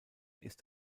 ist